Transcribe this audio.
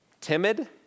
timid